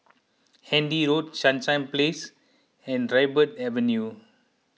Handy Road Sunshine Place and Dryburgh Avenue